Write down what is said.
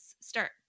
start